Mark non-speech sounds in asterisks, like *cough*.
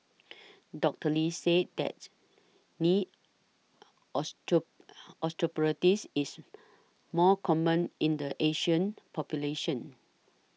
Doctor Lee said that knee *unintelligible* osteoarthritis is more common in the Asian population